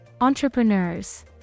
entrepreneurs